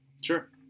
Sure